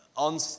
On